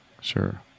Sure